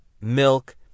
milk